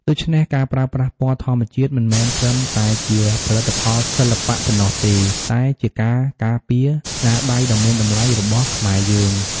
ដូច្នេះ ការប្រើប្រាស់ពណ៌ធម្មជាតិមិនមែនត្រឹមតែជាផលិតផលសិល្បៈប៉ុណ្ណោះទេ តែជាការការពារស្នាដៃដ៏មានតម្លៃរបស់ខ្មែរយើង។